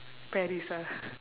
paris ah